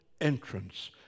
entrance